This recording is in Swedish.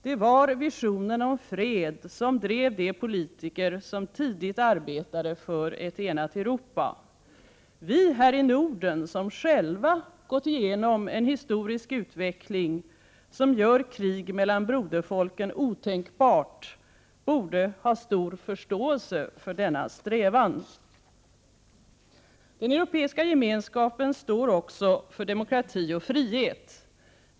Det var visionen om fred som drev de politiker som tidigt arbetade för ett enat Europa. Vi här i Norden som själva gått igenom en historisk utveckling som gör krig mellan broderfolken otänkbart borde ha stor förståelse för denna strävan. Europeiska gemenskapen står också för demokrati och frihet.